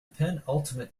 penultimate